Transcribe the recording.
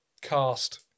cast